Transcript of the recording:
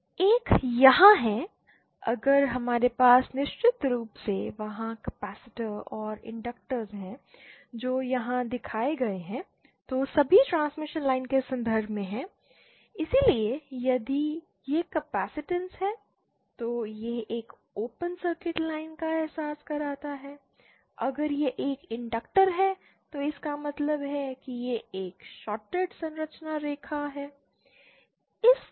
एक यहाँ है अगर हमारे पास निश्चित रूप से वहाँ कैपेसिटर और इंडिकेटर्स हैं जो यहाँ दिखाए गए हैं तो सभी ट्रांसमिशन लाइन के संदर्भ में हैं इसलिए यदि यह कैपेसिटेंस है तो यह एक ओपन सर्किट लाइन का एहसास करता है और अगर यह एक इंडक्टर है तो इसका मतलब है यह एक शॉर्टेड संचरण रेखा है